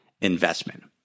investment